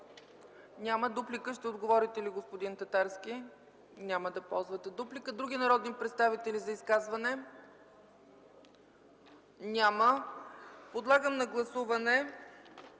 Няма. Ще отговорите ли, господин Татарски? Няма да ползвате дуплика. Има ли други народни представители за изказване? Няма. Подлагам на гласуване